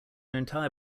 entire